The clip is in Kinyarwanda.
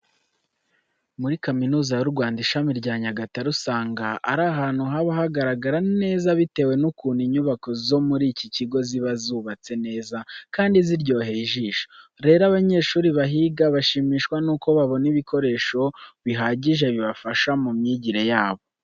Muri Kaminuza y'u Rwanda, ishami rya Nyagatare usanga ari ahantu haba hagaragara neza bitewe n'ukuntu inyubako zo muri iki kigo ziba zubatse neza kandi ziryoheye ijisho. Rero abanyeshuri bahiga bashimishwa nuko babona ibikoresho bihagije bibafasha mu myigire yabo.